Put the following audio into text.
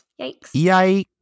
Yikes